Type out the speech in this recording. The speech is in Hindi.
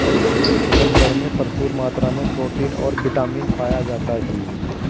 चुकंदर में प्रचूर मात्रा में प्रोटीन और बिटामिन पाया जाता ही